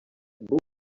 book